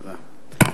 תודה.